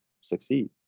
succeed